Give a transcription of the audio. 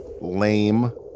lame